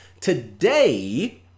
Today